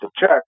check